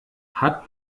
hat